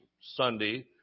Sunday